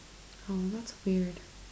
oh that's weird